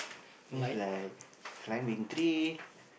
means like climbing tree